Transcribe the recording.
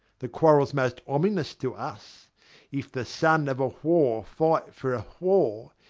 the quarrel's most ominous to us if the son of a whore fight for a whore,